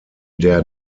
der